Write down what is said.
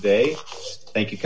they thank you